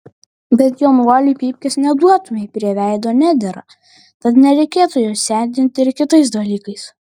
bet jaunuoliui pypkės neduotumei prie veido nedera tad nereikėtų jo sendinti ir kitais dalykais